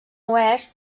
oest